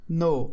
no